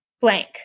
blank